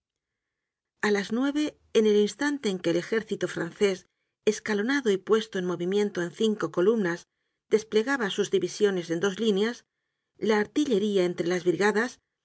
a las nueve en el instante en que el ejército francés escalonado y puesto en movimiento en cinco columnas desplegaba sus divisiones en dos líneas la artillería entre las brigadas